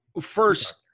first